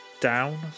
down